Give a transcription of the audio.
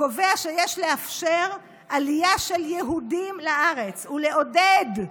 קובע שיש לאפשר עלייה של יהודים לארץ ולעודד,